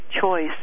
choice